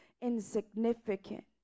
insignificant